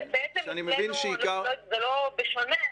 זה לא שונה,